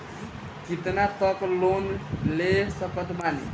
कितना तक लोन ले सकत बानी?